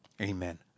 Amen